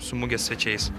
su mugės svečiais